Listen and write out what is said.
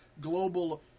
Global